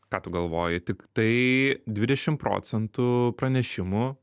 ką tu galvoji tiktai dvidešimt procentų pranešimų